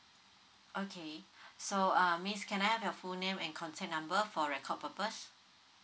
okay so um miss can I have your full name and contact number for record purpose